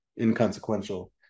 inconsequential